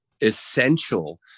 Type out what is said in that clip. essential